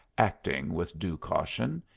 acting with due caution.